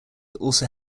also